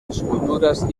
esculturas